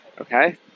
okay